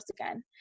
again